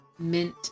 mint